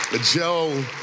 Joe